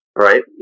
right